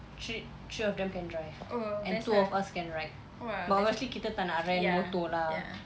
three three of them can drive and two of us can ride but mostly kita tak nak rent motor lah